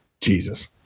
Jesus